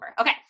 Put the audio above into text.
Okay